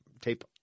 Tape